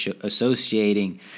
associating